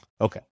Okay